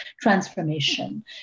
transformation